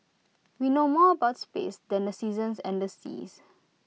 we know more about space than the seasons and the seas